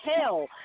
hell